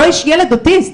ילד אוטיסט,